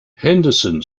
henderson